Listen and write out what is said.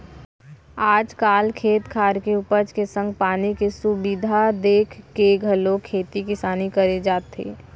आज काल खेत खार के उपज के संग पानी के सुबिधा देखके घलौ खेती किसानी करे जाथे